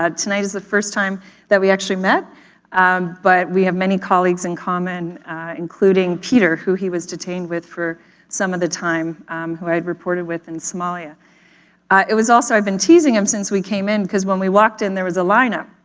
ah tonight's the first time that we actually met but we have many colleagues in common and including peter, who he was detained with for some of the time who i've reported with in somalia. ms it was also i've been teasing him since we came in cause when we walked in there was a line-up.